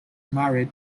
married